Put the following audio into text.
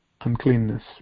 uncleanness